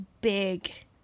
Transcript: big